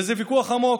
וזה ויכוח עמוק,